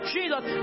Jesus